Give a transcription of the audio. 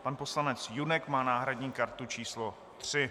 Pan poslanec Junek má náhradní kartu číslo 3.